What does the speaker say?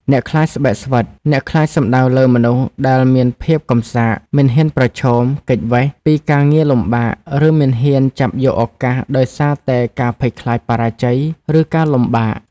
អ្នកខ្លាចស្បែកស្វិត អ្នកខ្លាចសំដៅលើមនុស្សដែល មានភាពកំសាក មិនហ៊ានប្រឈម គេចវេស ពីការងារលំបាក ឬមិនហ៊ានចាប់យកឱកាសដោយសារតែការភ័យខ្លាចបរាជ័យ ឬការលំបាក។